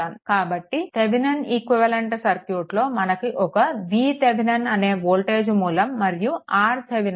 కాబట్టి Thevenin equivalent సర్క్యూట్లో మనకు ఒక vThevenin అనే వోల్టేజ్ మూలం మరియు RThevenin ఉంటాయి